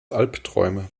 albträume